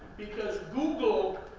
because google